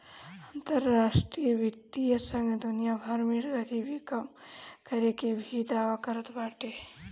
अंतरराष्ट्रीय वित्तीय संघ दुनिया भर में गरीबी कम करे के भी दावा करत बाटे